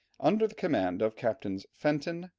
under the command of captains fenton,